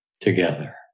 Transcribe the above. together